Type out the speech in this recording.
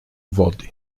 wody